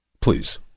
Please